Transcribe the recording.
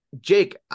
Jake